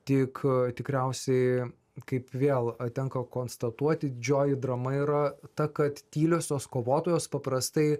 tik tikriausiai kaip vėl tenka konstatuoti didžioji drama yra ta kad tyliosios kovotojos paprastai